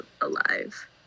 alive